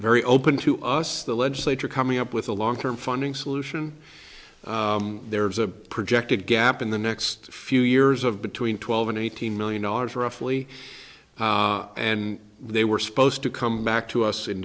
very open to us the legislature coming up with a long term funding solution there's a projected gap in the next few years of between twelve and eighteen million dollars roughly and they were supposed to come back to us in